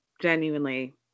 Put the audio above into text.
genuinely